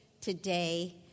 today